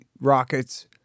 rockets